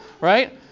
right